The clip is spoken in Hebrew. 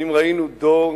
ואם ראינו דור,